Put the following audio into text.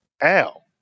Al